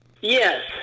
Yes